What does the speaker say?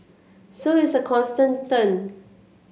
so it's a constant turn